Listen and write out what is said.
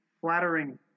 flattering